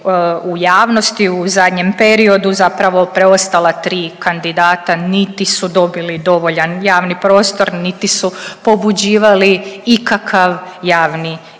u zadnjem periodu zapravo preostala tri kandidata niti su dobili dovoljan javni prostor, niti su pobuđivali ikakav javni interes